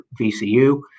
VCU